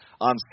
on